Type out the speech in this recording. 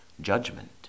judgment